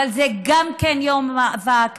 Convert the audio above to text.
אבל זה גם כן יום מאבק,